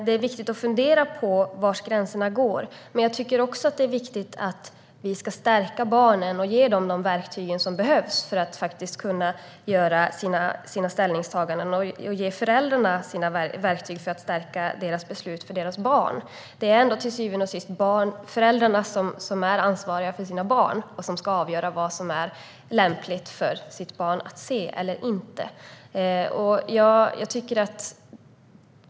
Det är viktigt att fundera var gränserna går, men det är också viktigt att stärka barnen och ge dem de verktyg de behöver för att göra sina ställningstaganden och vidare att ge föräldrarna verktyg för att stärka dem i deras beslut över sina barn. Det är ändå till syvende och sist föräldrarna som är ansvariga för sina barn och som ska avgöra vad som är lämpligt för barnen att se eller inte.